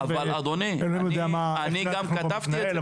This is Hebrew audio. ואלוהים יודע איך התכנון פה מתנהל,